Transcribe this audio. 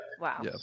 wow